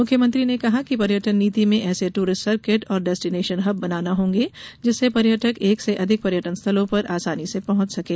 मुख्यमंत्री ने कहा कि पर्यटन नीति में ऐसे ट्ररिस्ट सर्किट और डेस्टिनेशन हब बनाना होंगे जिससे पर्यटक एक से अधिक पर्यटन स्थलों पर आसानी से पहुंच सकें